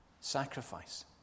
sacrifice